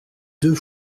deux